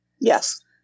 Yes